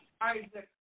Isaac